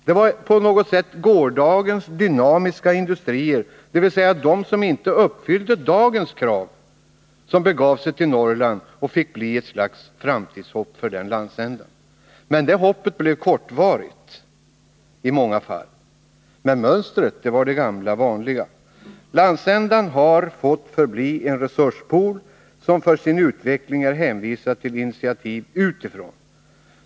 Det var gårdagens dynamiska industrier, bli ett slags framtidshopp för denna landsända. Det hoppet blev kortvarigt i många fall. Men mönstret var det gamla vanliga. Landsändan har fått förbli en resurspool, som för sin utveckling är hänvisad till initiativ utifrån.